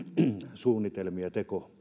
suunnitelmia